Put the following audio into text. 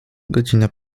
godzina